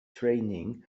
training